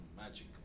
Magic